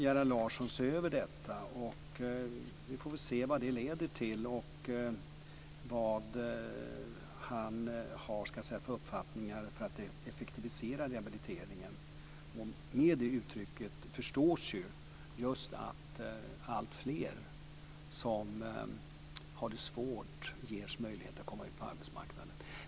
Gerhard Larsson ska alltså se över detta. Vi får väl se vad det leder till och vad han har för uppfattningar när det gäller att effektivisera rehabiliteringen. Med detta förstås just att alltfler som har det svårt ges möjligheter att komma ut på arbetsmarknaden.